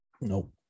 No